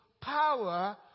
power